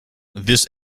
this